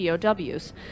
POWs